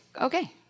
okay